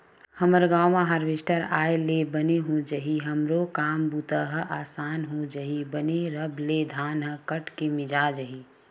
हमर गांव म हारवेस्टर आय ले बने हो जाही हमरो काम बूता ह असान हो जही बने रब ले धान ह कट के मिंजा जाही